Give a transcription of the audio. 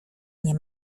nie